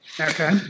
Okay